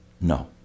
no